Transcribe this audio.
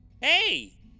Hey